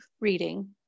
reading